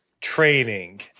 training